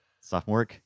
Sophomore